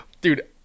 dude